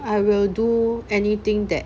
I will do anything that